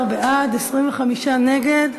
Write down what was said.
14 בעד, 25 נגד.